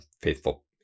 faithful